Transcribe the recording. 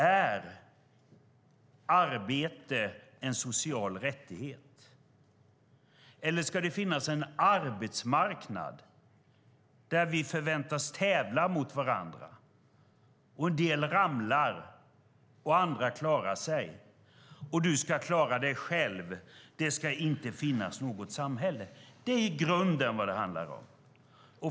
Är arbete en social rättighet, eller ska det finnas en arbetsmarknad där vi förväntas tävla mot varandra och där en del ramlar och andra klarar sig? Du ska klara dig själv; det ska inte finnas något samhälle. Det är i grunden vad det handlar om.